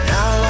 Now